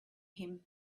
him